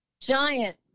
Giant